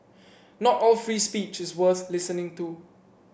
not all free speech is worth listening to